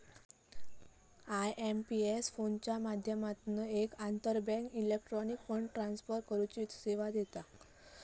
IMPS फोनच्या माध्यमातना एक आंतरबँक इलेक्ट्रॉनिक फंड ट्रांसफर करुची सेवा देता